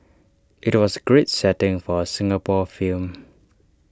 IT was A great setting for A Singapore film